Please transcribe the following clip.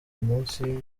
munsi